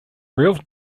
real